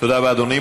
תודה רבה, אדוני.